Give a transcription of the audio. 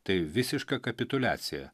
tai visiška kapituliacija